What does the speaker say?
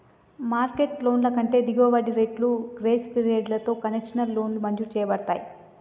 market లోన్ల కంటే దిగువ వడ్డీ రేట్లు, గ్రేస్ పీరియడ్లతో కన్సెషనల్ లోన్లు మంజూరు చేయబడతయ్